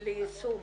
יוצאות ליישום.